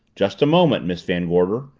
just a moment, miss van gorder.